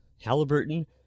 Halliburton